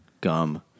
gum